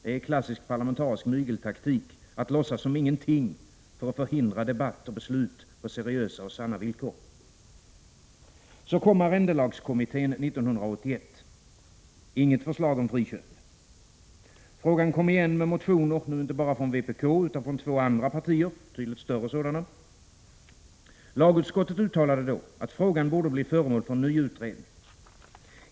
Det är klassisk parlamentarisk mygeltaktik — att låtsas som ingenting för att förhindra debatt och beslut på seriösa och sanna villkor. Så kom arrendelagskommittén 1981 — inget förslag om friköp. Frågan kom igen med motioner, nu inte bara från vpk utan från två andra betydligt större partier. Lagutskottet uttalade då att frågan borde bli föremål för ny utredning.